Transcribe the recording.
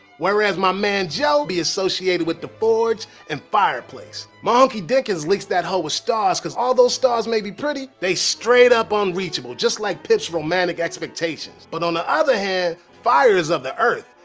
whereas my man joe be associated with da forge and fireplace. mah honkie dickens links that hoe with stars cuz although stars may be pretty, they straight up ah unreachable just like pip's romantic expectations. but on the other hand, fire is of the earth,